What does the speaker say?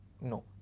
No